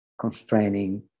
constraining